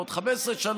בעוד 15 שנה,